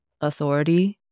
authority